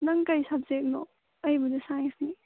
ꯅꯪ ꯀꯩ ꯁꯕꯖꯦꯛꯅꯣ ꯑꯩꯕꯨꯗꯤ ꯁꯥꯏꯟꯁꯅꯦ